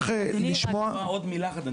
א עוד רק מילה אחת.